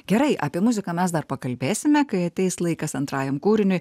gerai apie muziką mes dar pakalbėsime kai ateis laikas antrajam kūriniui